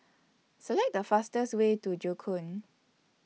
Select The fastest Way to Joo Koon